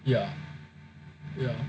ya ya